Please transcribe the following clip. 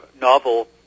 novel